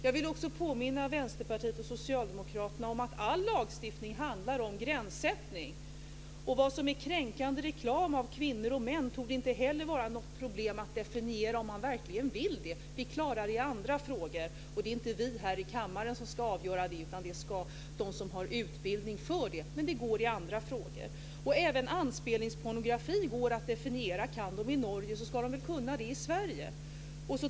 Jag vill också påminna Vänsterpartiet och Socialdemokraterna om att all lagstiftning handlar om gränssättning. Vad som är kränkande reklam med kvinnor och män torde inte heller vara något problem att definiera om man verkligen vill det. Vi klarar det i andra frågor. Det är inte vi här i kammaren som ska avgöra det, utan det ska de som har utbildning för det. Det går i andra frågor. Även anspelningspornografi går att definiera. Om de kan det i Norge, ska vi väl kunna det i Sverige.